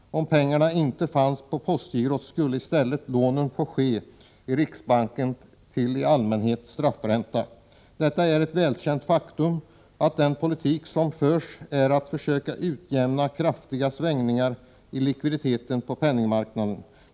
Om pengarna inte fanns på postgirot skulle lånen i stället få ske i riksbanken, i allmänhet till straffränta. Det är ett välkänt faktum att den politik som förs innebär att man försöker utjämna kraftiga svängningar i likviditeten på penningmarknaden.